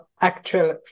actual